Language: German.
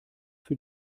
für